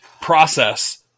process